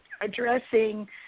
addressing